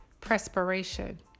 perspiration